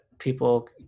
People